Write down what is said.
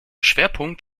schwerpunkt